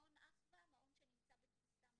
מעון 'אחווה', מעון שנמצא בתפוסה מלאה.